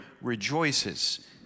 rejoices